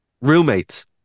Roommates